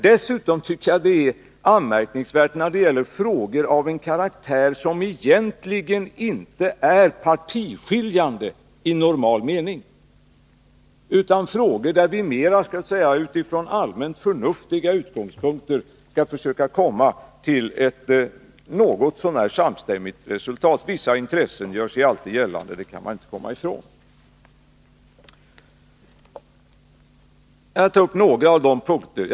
Dessutom är det anmärkningsvärt när det gäller frågor av en karaktär som, i normal mening, inte är partiskiljande utan mera av den karaktären att vi från allmänt förnuftiga utgångspunkter skall kunna försöka komma fram till ett något så när samstämmigt resultat — även om man aldrig kan undvika att vissa intressen gör sig gällande. Jag vill ta upp några av de punkter som det gäller.